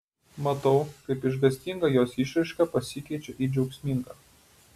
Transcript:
matau kaip išgąstinga jos išraiška pasikeičia į džiaugsmingą